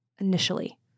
initially